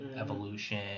evolution